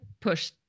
push